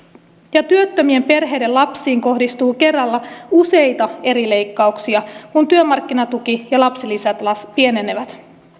ja työttömien perheiden lapsiin kohdistuu kerralla useita eri leikkauksia kun työmarkkinatuki ja lapsilisät pienenevät